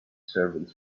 servants